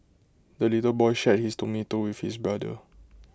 the little boy shared his tomato with his brother